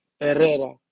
Herrera